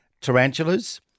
tarantulas